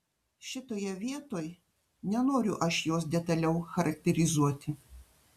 šitoje vietoj nenoriu aš jos detaliau charakterizuoti